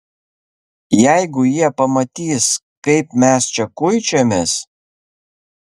jeigu jie pamatys kaip mes čia kuičiamės